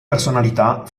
personalità